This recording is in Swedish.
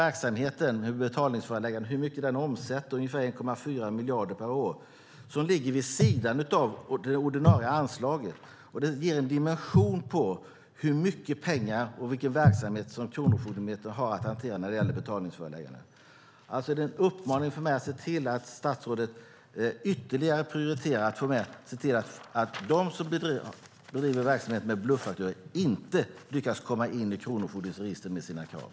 Verksamheten med betalningsförelägganden omsätter ungefär 1,4 miljarder per år, och det ligger vid sidan av det ordinarie anslaget. Det ger en dimension åt hur mycket pengar och vilken verksamhet som Kronofogdemyndigheten har att hantera när det gäller betalningsförelägganden. Det är en uppmaning från mig att statsrådet ytterligare ska prioritera att se till att de som bedriver verksamhet med bluffakturor inte lyckas komma in i kronofogdens register med sina krav.